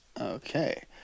okay